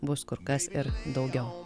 bus kur kas ir daugiau